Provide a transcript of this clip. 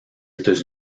états